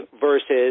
versus